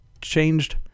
changed